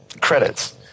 credits